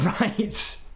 Right